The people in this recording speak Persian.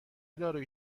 دارویی